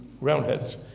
Roundheads